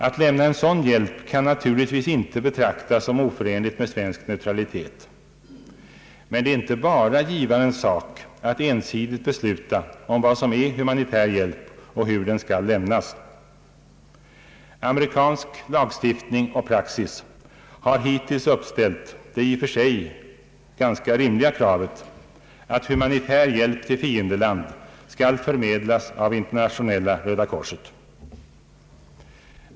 Att lämna en sådan hjälp kan naturligtvis inte betraktas som oförenligt med svensk neutralitet. Men det är inte bara givarens sak att ensidigt besluta om vad som är humanitär hjälp och hur den skall lämnas. Amerikansk lagstiftning och praxis har hittills uppställt det i och för sig ganska rimliga kravet att humanitär hjälp till fiendeland skall förmedlas av Internationella röda korset.